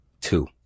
Two